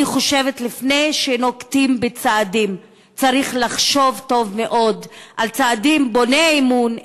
אני חושבת שלפני שנוקטים צעדים צריך לחשוב טוב מאוד על צעדים בוני אמון,